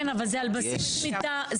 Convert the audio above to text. כן, אבל זה על בסיס מיטה חמה.